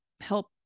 help